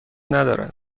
ندارد